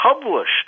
published